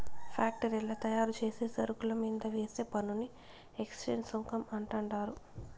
ఫ్యాక్టరీల్ల తయారుచేసే సరుకుల మీంద వేసే పన్నుని ఎక్చేంజ్ సుంకం అంటండారు